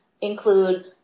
include